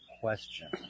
question